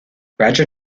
roger